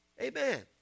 Amen